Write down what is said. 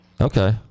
Okay